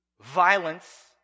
violence